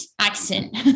accent